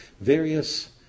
various